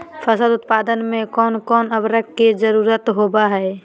फसल उत्पादन में कोन कोन उर्वरक के जरुरत होवय हैय?